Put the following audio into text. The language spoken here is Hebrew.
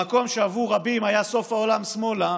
במקום שעבור רבים היה סוף העולם שמאלה